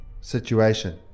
situation